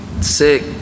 sick